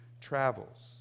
travels